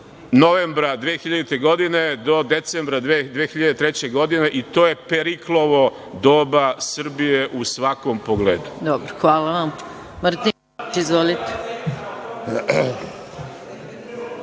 novembra 2000. godine do decembra 2003. godine i to je Periklovo doba Srbije u svakom pogledu. **Maja